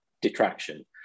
detraction